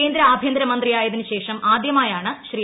കേന്ദ്ര ആഭ്യന്തര മന്ത്രിയായതിന് ശേഷം ആദ്യമായാണ് ശ്രീ